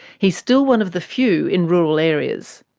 he's still one of the few in rural areas.